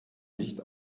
nicht